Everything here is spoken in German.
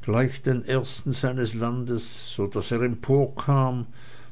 gleich den ersten seines landes so daß er emporkam